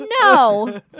no